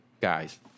guys